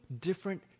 different